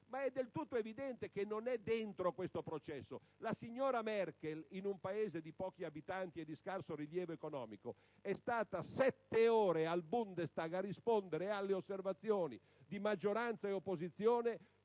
ma è del tutto evidente che non è dentro questo processo. La signora Merkel, in un Paese di pochi abitanti e di scarso rilievo economico, è stata sette ore al *Bundestag* a rispondere alle osservazioni di maggioranza e di opposizione